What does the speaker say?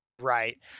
right